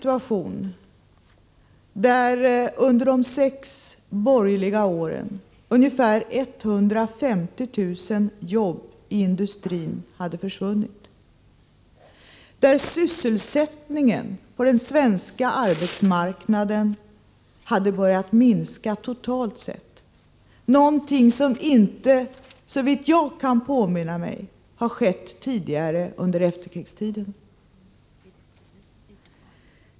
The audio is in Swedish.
Under de sex borgerliga åren hade ungefär 150 000 industriarbeten försvunnit, och sysselsättningen på den svenska arbetsmarknaden hade börjat minska totalt sett — någonting som inte, såvitt jag kan påminna mig, hade skett tidigare under efterkrigstiden.